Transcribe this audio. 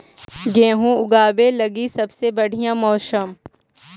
गेहूँ ऊगवे लगी सबसे बढ़िया मौसम?